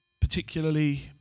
particularly